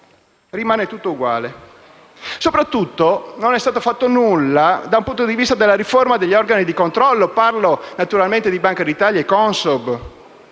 Rimane tutto uguale. Soprattutto non è stato fatto nulla dal punto di vista della riforma degli organi di controllo: parlo naturalmente di Banca d'Italia e Consob.